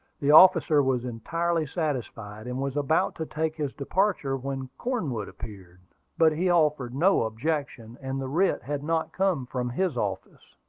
the officer was entirely satisfied, and was about to take his departure when cornwood appeared but he offered no objection, and the writ had not come from his office.